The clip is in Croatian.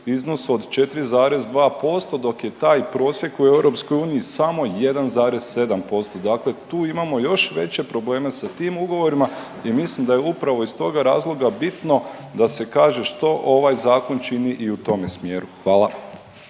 iznosu od 4,2% dok je taj prosjek u EU samo 1,7% dakle tu imamo još veće probleme sa tim ugovorima i mislim da je upravo iz toga razloga bitno da se kaže što ovaj zakon čini i u tome smjeru. Hvala.